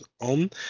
on